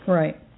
right